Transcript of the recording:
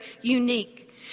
unique